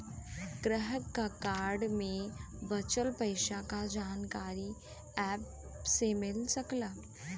ग्राहक क कार्ड में बचल पइसा क जानकारी एप से मिल सकला